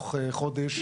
תוך חודש,